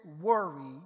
worry